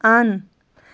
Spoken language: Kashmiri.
اَن